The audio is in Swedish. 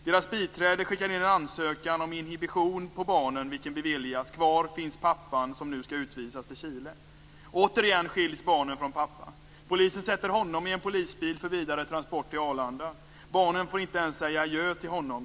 Deras biträde skickar in en ansökan om inhibition på barnen vilken beviljas. Kvar finns pappan, som nu skall utvisas till Chile. Återigen skiljs barnen från pappa. Polisen sätter honom i en polisbil för vidare transport till Arlanda. Barnen får inte ens säga adjö till honom.